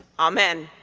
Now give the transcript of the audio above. amen.